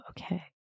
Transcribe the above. okay